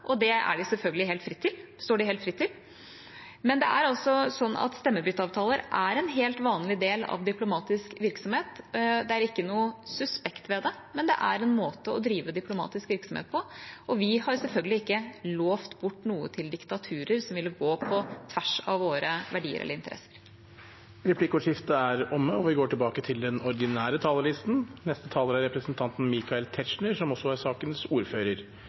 og det står de selvfølgelig helt fritt til. Stemmebytteavtaler er en helt vanlig del av diplomatisk virksomhet. Det er ikke noe suspekt ved det, det er en måte å drive diplomatisk virksomhet på, og vi har selvfølgelig ikke lovt bort noe til diktaturer som ville gå på tvers av våre verdier eller interesser. Replikkordskiftet er omme. De talerne som heretter får ordet, har en taletid på inntil 3 minutter. Jeg vet ikke om det er